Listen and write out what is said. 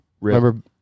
Remember